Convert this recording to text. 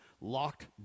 locked